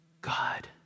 God